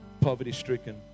poverty-stricken